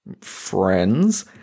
friends